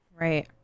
Right